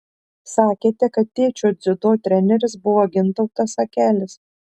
sakėte kad tėčio dziudo treneris buvo gintautas akelis